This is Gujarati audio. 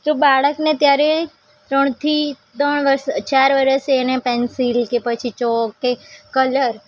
તો બાળકને ત્યારે ત્રણથી ત્રણ વર્ષ ચાર વર્ષે એને પેન્સિલ કે પછી ચૉક કે કલર